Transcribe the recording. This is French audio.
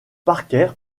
parker